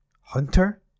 Hunter